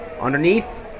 underneath